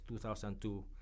2002